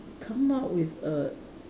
come out with a